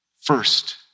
first